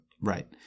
Right